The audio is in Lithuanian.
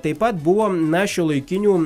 taip pat buvo na šiuolaikinių